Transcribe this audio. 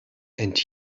and